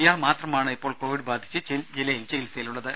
ഇയാൾ മാത്രമാണ് ഇപ്പോൾ കോവിഡ് ബാധിച്ച് ജില്ല യിൽ ചികിത്സയിലുള്ളത്